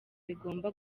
bigomba